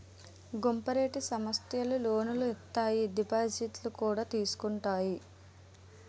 cooperative సమస్థలు లోనులు ఇత్తాయి దిపాజిత్తులు కూడా తీసుకుంటాయి